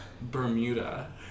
bermuda